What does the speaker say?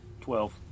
Twelve